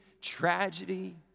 tragedy